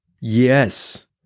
Yes